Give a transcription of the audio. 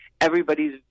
everybody's